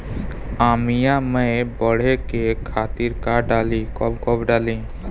आमिया मैं बढ़े के खातिर का डाली कब कब डाली?